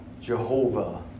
Jehovah